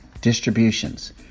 Distributions